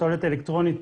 פסולת אלקטרונית,